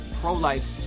pro-life